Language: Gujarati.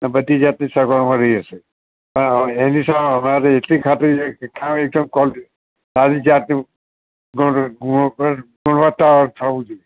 ને બધી જાતની સગવડ મળી જશે એની સામે અમારી એટલી ખાતરી છે સારી જાતનું ગુણવતા થવું જોઈએ